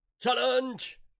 Challenge